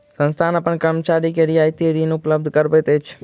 संस्थान अपन कर्मचारी के रियायती ऋण उपलब्ध करबैत अछि